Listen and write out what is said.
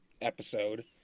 episode